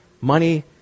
money